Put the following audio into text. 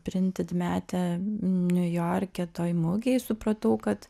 printed mete niujorke toj mugėj supratau kad